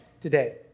today